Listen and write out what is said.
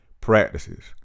practices